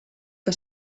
que